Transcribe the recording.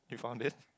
you found it